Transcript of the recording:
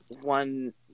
one